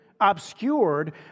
obscured